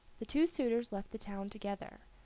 the two suitors left the town together,